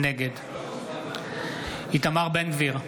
נגד איתמר בן גביר,